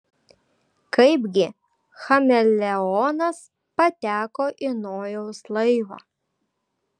kaipgi chameleonas pateko į nojaus laivą